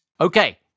Okay